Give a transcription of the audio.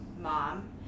mom